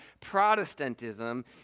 Protestantism